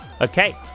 Okay